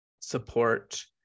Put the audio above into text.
support